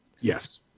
Yes